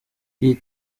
by’iyi